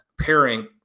pairing